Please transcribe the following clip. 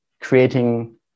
creating